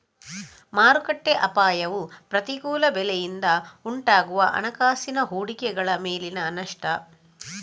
ಮಾರುಕಟ್ಟೆ ಅಪಾಯವು ಪ್ರತಿಕೂಲ ಬೆಲೆಯಿಂದ ಉಂಟಾಗುವ ಹಣಕಾಸಿನ ಹೂಡಿಕೆಗಳ ಮೇಲಿನ ನಷ್ಟ